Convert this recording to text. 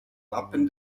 wappen